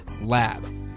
LAB